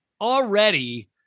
already